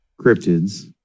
cryptids